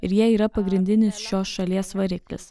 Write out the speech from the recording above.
ir jie yra pagrindinis šios šalies variklis